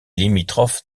limitrophe